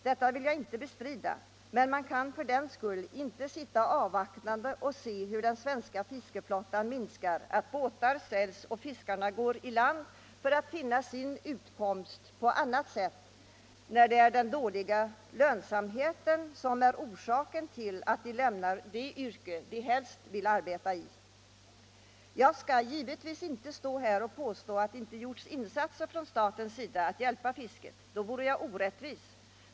Detta vill jag inte bestrida, men man kan för den skull inte sitta avvaktande och se hur den svenska fiskeflottan minskar, att båtar säljs och att fiskarna går i land för att finna sin utkomst på annat sätt, när den dåliga lönsamheten är orsaken till att de lämnar det yrke de helst vill arbeta i. Jag skall givetvis inte påstå att det inte gjorts insatser från statens sida för att hjälpa fisket. Då vore jag orättvis.